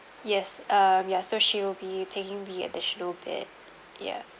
yes um ya so she will be taking the additional bed ya